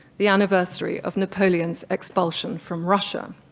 the anniversary of napoleons expulsion from russia.